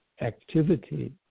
activity